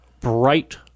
bright